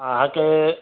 अहाँके